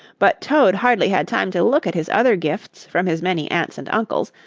but toad hardly had time to look at his other gifts from his many aunts and uncles,